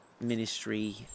ministry